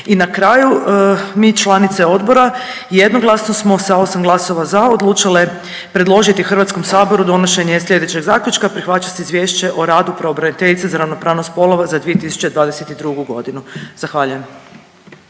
I na kraju mi članice odbora jednoglasno smo sa 8 glasova za odlučile predložiti Hrvatskom saboru donošenje sljedećeg zaključka: Prihvaća se Izvješće o radu pravobraniteljice za ravnopravnost spolova za 2022. godinu. Zahvaljujem.